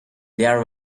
there